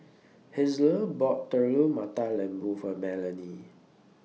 Hazle bought Telur Mata Lembu For Melany